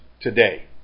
today